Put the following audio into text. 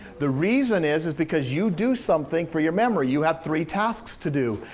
the reason is is because you do something for your memory. you have three tasks to do.